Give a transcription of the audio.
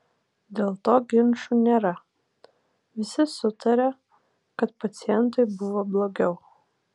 dėl to ginčų nėra visi sutaria kad pacientui buvo blogiau